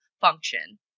function